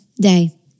day